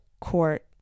court